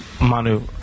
Manu